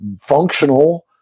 functional